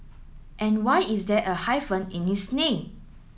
and why is there a hyphen in his name